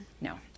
No